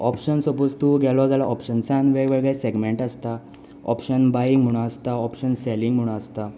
option suppose तूं गेलो जाल्यार ऑप्शनसांनूय वेगवेगळे सेगमेंट आसता ऑप्शन बायींग म्हूण आसता ऑप्शन सेलींग म्हूण आसता